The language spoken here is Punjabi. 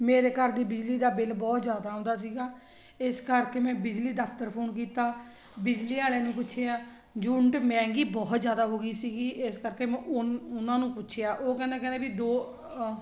ਮੇਰੇ ਘਰ ਦੀ ਬਿਜਲੀ ਦਾ ਬਿੱਲ ਬਹੁਤ ਜ਼ਿਆਦਾ ਆਉਂਦਾ ਸੀਗਾ ਇਸ ਕਰਕੇ ਮੈਂ ਬਿਜਲੀ ਦਫਤਰ ਫੋਨ ਕੀਤਾ ਬਿਜਲੀ ਵਾਲੇ ਨੂੰ ਪੁੱਛਿਆ ਯੂਨਿਟ ਮਹਿੰਗੀ ਬਹੁਤ ਜ਼ਿਆਦਾ ਹੋ ਗਈ ਸੀਗੀ ਇਸ ਕਰਕੇ ਉਨ ਉਹਨਾਂ ਨੂੰ ਪੁੱਛਿਆ ਉਹ ਕਹਿੰਦਾ ਕਹਿੰਦੇ ਵੀ ਦਿਓ